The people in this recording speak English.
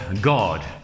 God